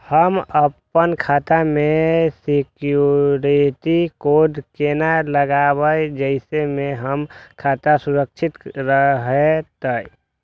हम अपन खाता में सिक्युरिटी कोड केना लगाव जैसे के हमर खाता सुरक्षित रहैत?